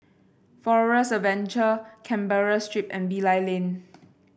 Forest Adventure Canberra Street and Bilal Lane